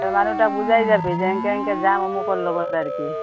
মানুহটোক বুজাই যাবি যে এনেকে এনেকে যাম অমুকৰ লগত আৰু কি